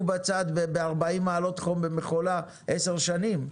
בצד ב-40 מעלות חום במכולה עשר שנים,